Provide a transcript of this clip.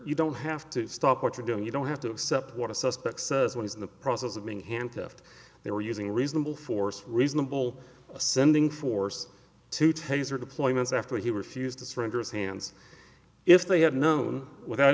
you don't have to stop what you're doing you don't have to accept what a suspect says when he's in the process of being handcuffed they were using reasonable force reasonable sending force to taser deployments after he refused to surrender his hands if they had known without